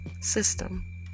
system